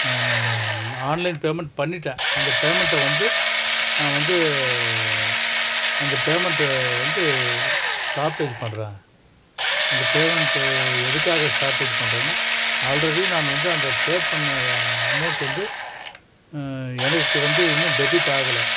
online payment பண்ணிவிட்டேன் அந்த பேமெண்ட்டை வந்து நான் வந்து அந்த பேமெண்ட்டை வந்து ஸ்டாப்பேஜ் பண்ணுறேன் அந்த பேமெண்ட்டை எதுக்காக ஸ்டாப்பேஜ் பண்ணுறன்னா ஆல்ரெடி நான் வந்து அந்த பே பண்ணதை அமௌவுண்ட் வந்து எனக்கு வந்து இன்னும் டெபிட் ஆகலை